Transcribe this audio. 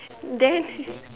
then